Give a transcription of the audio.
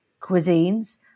cuisines